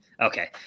Okay